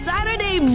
Saturday